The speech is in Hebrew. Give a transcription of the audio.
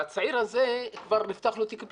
לצעיר הזה כבר נפתח תיק פלילי.